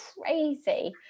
crazy